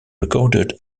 recorded